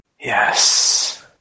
Yes